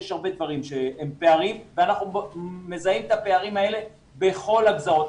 יש הרבה דברים שהם פערים ואנחנו מזהים את הפערים האלה בכל הגזרות.